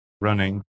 running